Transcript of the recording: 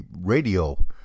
radio